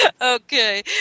Okay